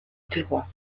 terroir